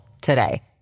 today